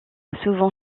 souvent